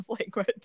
language